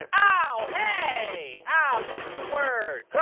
and ow, hey, ow. use your words.